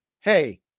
Hey